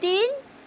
तिन